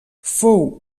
fou